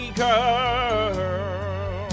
girl